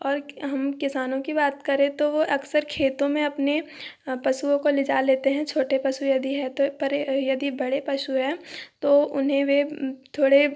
और हम किसानों की बात करें तो वो अक्सर खेतों में अपने पशुओं को ले जा लेते हैं छोटे पशु यदि हैं तो पर यदि बड़े पशु हैं तो उन्हें वे थोड़े